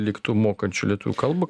liktų mokančių lietuvių kalbą